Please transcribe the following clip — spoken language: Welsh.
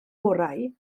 orau